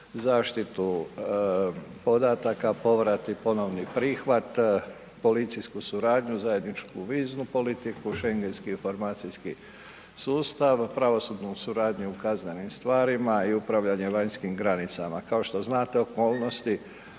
zaštitu podataka, povrat i ponovni prihvat, policijsku suradnju, zajedničku viznu politiku, schengenski informacijski sustav, pravosudnu suradnju u kaznenim stvarima i upravljanje vanjskim granicama. Kao što znate okolnosti